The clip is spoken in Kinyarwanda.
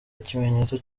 ikimenyetso